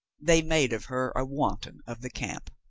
they made of her a wanton of the camp.